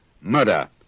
Murder